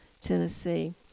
Tennessee